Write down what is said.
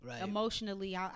Emotionally